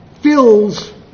fills